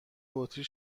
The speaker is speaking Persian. بطری